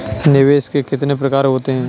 निवेश के कितने प्रकार होते हैं?